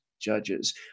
judges